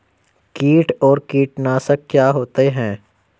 कीट और कीटनाशक क्या होते हैं?